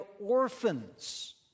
orphans